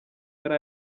yari